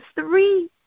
three